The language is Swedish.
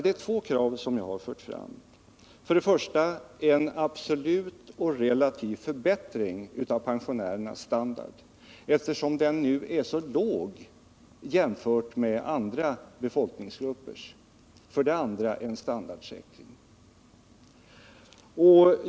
Det är två krav som jag har fört fram: För det första en absolut och relativ förbättring av pensionärernas standard, eftersom den nu är så låg jämfört med andra befolkningsgruppers. För det andra en standardsäkring.